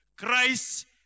Christ